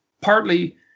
partly